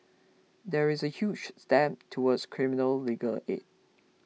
that is a huge step towards criminal legal aid